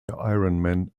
ironman